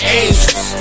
angels